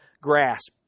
grasp